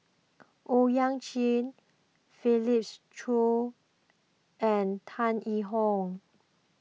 Owyang Chi Felix Cheong and Tan Yee Hong